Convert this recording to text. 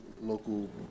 local